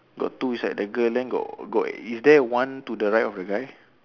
got two beside the girl then got got is there one to the right of the guy